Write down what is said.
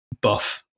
buff